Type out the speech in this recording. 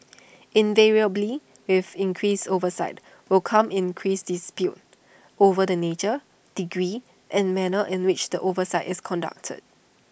invariably with increased oversight will come increased disputes over the nature degree and manner in which the oversight is conducted